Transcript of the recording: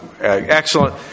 excellent